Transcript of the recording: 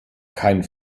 kein